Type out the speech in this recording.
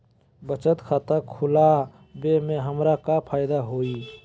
बचत खाता खुला वे में हमरा का फायदा हुई?